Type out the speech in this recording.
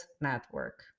Network